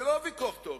זה לא ויכוח תיאורטי.